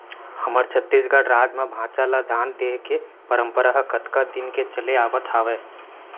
हमर छत्तीसगढ़ राज म भांचा ल दान देय के परपंरा ह कतका दिन के चले आवत हावय